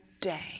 day